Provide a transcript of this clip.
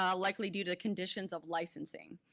um likely due to the conditions of licensing.